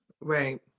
Right